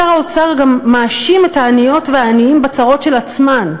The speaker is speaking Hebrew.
שר האוצר גם מאשים את העניות ואת העניים בצרות של עצמם.